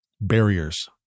barriers